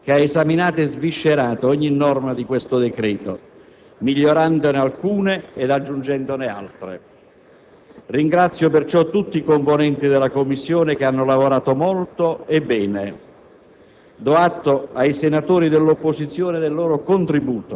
insieme al Governo, i senatori della Commissione bilancio, che ha esaminato e sviscerato ogni norma di questo decreto, migliorandone alcune ed aggiungendone altre. Ringrazio perciò tutti i componenti della Commissione, che hanno lavorato molto e bene.